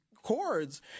chords